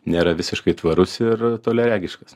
nėra visiškai tvarus ir toliaregiškas